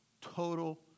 Total